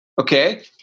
okay